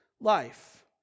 life